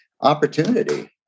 opportunity